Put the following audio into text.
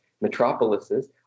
metropolises